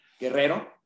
Guerrero